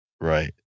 Right